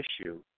issue